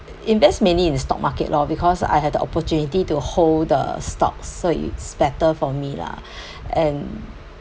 invest mainly in the stock market lor because I had the opportunity to hold the stocks so it's better for me lah and